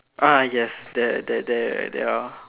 ah yes there there there are